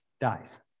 dies